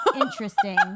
Interesting